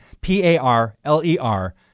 P-A-R-L-E-R